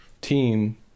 team